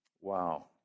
Wow